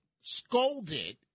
scolded